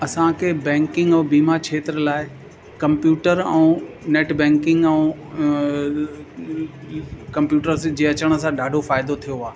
असांखे बैंकिंग ऐं बीमा क्षेत्र लाइ कंप्यूटर ऐं नैट बैंकिंग ऐं कंप्यूटर सी जे अचण सां ॾाढो फ़ाइदो थियो आहे